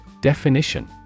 Definition